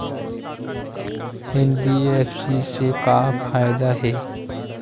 NBFC से का फ़ायदा हे?